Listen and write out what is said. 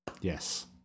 yes